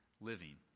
living